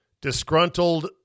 Disgruntled